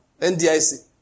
NDIC